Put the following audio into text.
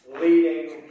leading